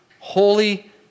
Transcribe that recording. holy